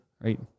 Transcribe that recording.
Right